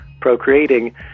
procreating